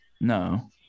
No